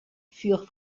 furent